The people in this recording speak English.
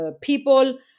people